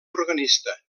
organista